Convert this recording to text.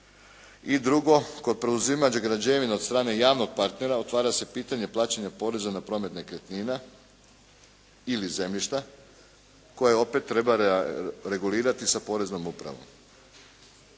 I drugo, kod preuzimanja građevina od strane javnog partnera otvara se pitanje plaćanja poreza na promet nekretnina ili zemljišta koje opet treba regulirati sa Poreznom upravom.